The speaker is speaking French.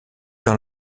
dans